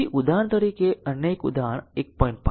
તેથી ઉદાહરણ તરીકે અન્ય એક ઉદાહરણ 1